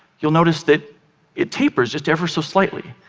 you'll notice that it tapers just every so slightly.